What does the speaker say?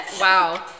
wow